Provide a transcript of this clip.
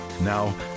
Now